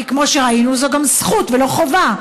כי כמו שראינו זו גם זכות ולא חובה,